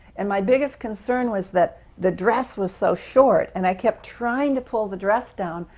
and my biggest concern was that the dress was so short and i kept trying to pull the dress down,